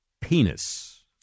penis